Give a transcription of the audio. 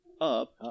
up